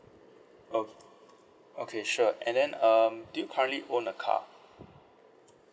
o~ okay sure and then um do you currently own a car